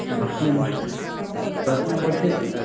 bus numbers bus numbers ఏంటి